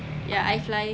ya ifly